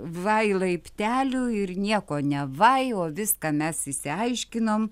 vai laiptelių ir nieko nevai o viską mes išsiaiškinom